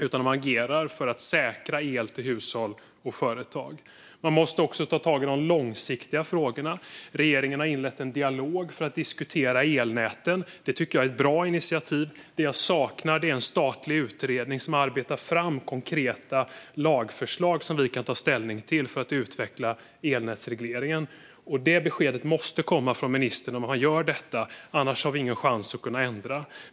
Man måste agera för att säkra el till hushåll och företag. Man måste också ta tag i de långsiktiga frågorna. Regeringen har inlett en dialog för att diskutera elnäten. Det tycker jag är ett bra initiativ. Det jag saknar är en statlig utredning som arbetar fram konkreta lagförslag som vi kan ta ställning till för att utveckla elnätsregleringen. Ett besked om detta måste komma från ministern, annars har vi ingen chans att kunna ändra.